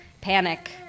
panic